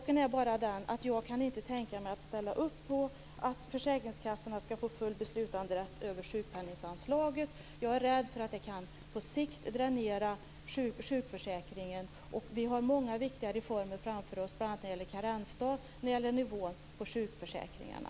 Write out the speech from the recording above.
Det är bara så att jag inte kan ställa upp på att försäkringskassorna skall få full beslutanderätt över sjukpenninganslaget. Jag är rädd för att det på sikt kan dränera sjukförsäkringen. Vi har ju många viktiga reformer framför oss bl.a. när det gäller karensdagen och nivån på sjukförsäkringarna.